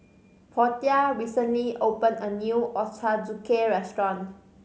Portia recently opened a new Ochazuke restaurant